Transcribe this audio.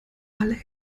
alle